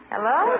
Hello